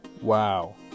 wow